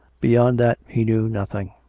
beyond that he knew nothing.